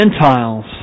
Gentiles